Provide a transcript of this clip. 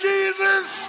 Jesus